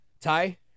Ty